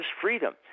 freedom